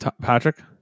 Patrick